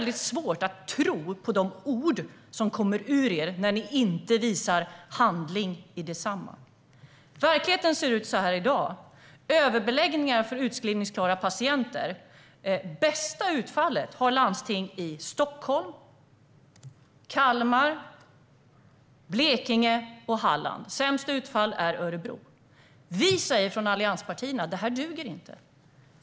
Det svårt att tro på de ord som kommer ur er när ni inte visar handling. Verkligheten ser ut så här i dag: överbeläggningar med utskrivningsklara patienter. Det bästa utfallet har landstingen i Stockholm, Kalmar, Blekinge och Halland. Sämst utfall har Örebro. Vi från allianspartierna säger att det inte duger.